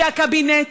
שהקבינט,